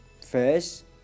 first